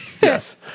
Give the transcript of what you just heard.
Yes